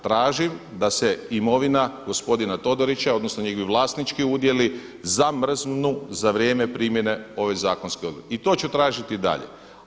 Tražim da se imovina gospodina Todorića odnosno njegovi vlasnički udijeli zamrznu za vrijeme primjene ove zakonske odredbe i to ću tražiti i dalje.